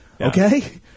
Okay